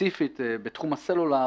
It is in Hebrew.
וספציפית בתחום הסלולר